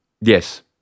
Yes